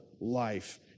life